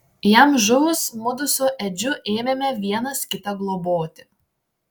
jam žuvus mudu su edžiu ėmėme vienas kitą globoti